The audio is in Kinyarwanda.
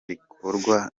rikorwa